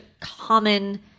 common